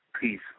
peace